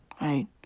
Right